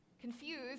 Confused